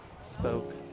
spoke